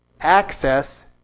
access